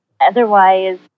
Otherwise